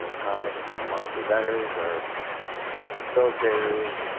but comments from our presenters or facilitators?